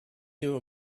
you